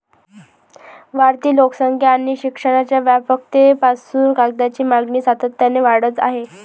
वाढती लोकसंख्या आणि शिक्षणाच्या व्यापकतेपासून कागदाची मागणी सातत्याने वाढत आहे